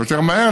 יותר מהר,